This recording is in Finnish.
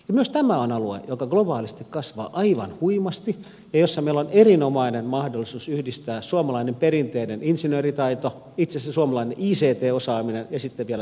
myös tämä on alue joka globaalisti kasvaa aivan huimasti ja jossa meillä on erinomainen mahdollisuus yhdistää suomalainen perinteinen insinööritaito ja itse asiassa suomalainen ict osaaminen sitten vielä tähän luonnonvaratalouteen